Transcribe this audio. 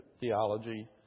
theology